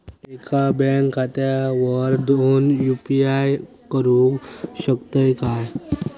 एका बँक खात्यावर दोन यू.पी.आय करुक शकतय काय?